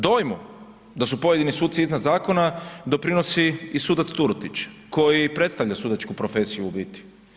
Dojmu da su pojedini suci iznad zakona doprinosi i sudac Turudić koji predstavlja sudačku profesiju u biti.